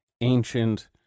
Ancient